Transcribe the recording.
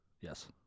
Yes